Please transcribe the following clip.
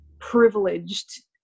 privileged